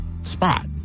Spot